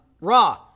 Raw